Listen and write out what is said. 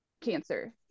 Cancer